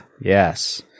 Yes